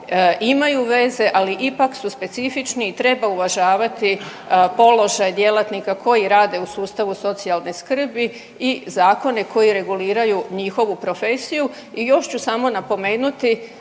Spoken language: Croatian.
imaju veze, ali ipak su specifični i treba uvažavati položaj djelatnika koji rade u sustavu socijalne skrbi i zakone koji reguliraju njihovu profesiju. I još ću samo napomenuti